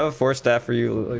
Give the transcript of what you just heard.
ah forced after you